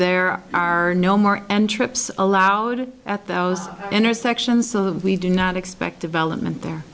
there are no more and trips allowed at those intersections we do not expect development